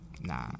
Nah